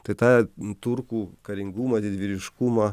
tai tą turkų karingumą didvyriškumą